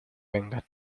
vengan